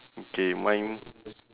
okay mine